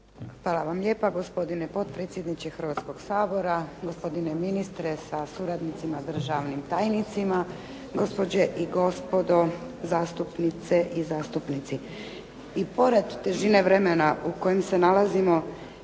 Hvala vam lijepa gospodine potpredsjedniče Hrvatskog sabora, gospodine ministre sa suradnicima, državnim tajnicima, gospođe i gospodo zastupnice i zastupnici. I pored težine vremena u kojem se nalazimo